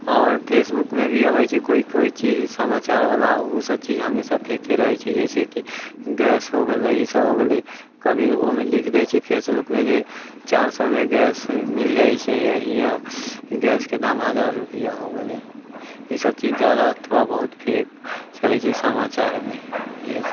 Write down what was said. आओर फेसबुकमे भी अबैत छै कोइ कोइ चीज समाचार बला ओ सभ चीज हमेशा फेके रहैत छै जइसे कि गैस हो गेलै ई सभ हो गेलै कभी ओहिमे लिख दै छै फेसबुकमे जे चारि सए मे गैस मिल जाइत छै आओर यहाँ गैसके दाम हजार रुपिआ हो गेलै ई सभ चीज जादा थोड़ा बहुत फेक चलैत छै समाचारमे